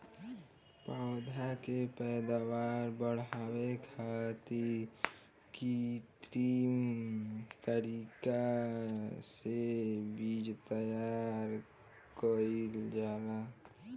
पौधा के पैदावार बढ़ावे खातिर कित्रिम तरीका से बीज तैयार कईल जाला